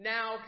Now